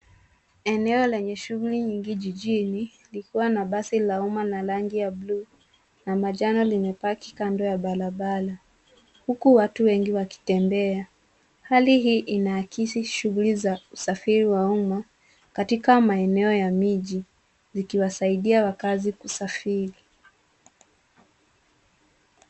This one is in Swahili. Eneo lenye shughuli nyingi jijini likiwa na basi la umma la rangi ya bluu na manjano limepaki kando ya barabara huku watu wengi wakitembea. Hali hii inaakisi shughuli za usafiri wa umma katika maeneo ya miji, likiwasaidia wakazi kusafiri.